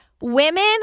women